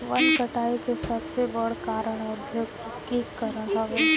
वन कटाई के सबसे बड़ कारण औद्योगीकरण हवे